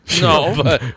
No